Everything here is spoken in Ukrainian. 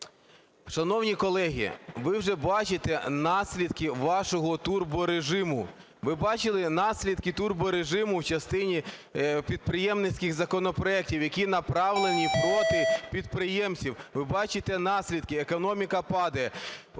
Шановні колеги, ви вже бачите наслідки вашого турборежиму. Ви бачили наслідки турборежиму в частині підприємницьких законопроектів, які направлені проти підприємців. Ви бачите наслідки: економіка падає.